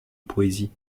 poésie